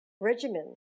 regimen